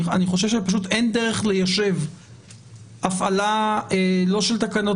אני חושב שאין דרך ליישב הפעלה לא של תקנות